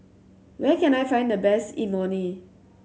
where can I find the best Imoni